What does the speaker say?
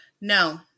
No